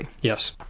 yes